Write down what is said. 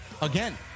again